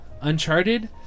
Uncharted